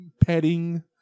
petting